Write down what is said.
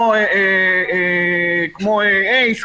כמו אייס,